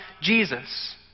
Jesus